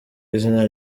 izina